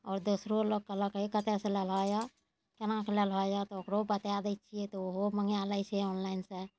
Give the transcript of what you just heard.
आओर दोसरो लोक कहलक हे कतय सऽ लेलऽ यऽ केना कऽ लेल यऽ तऽ ओकरो बता दै छियै तऽ ओहो मँगा लै छै ऑनलाइन से